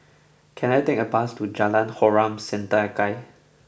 can I take a bus to Jalan Harom Setangkai